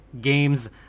games